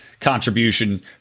contribution